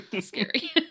Scary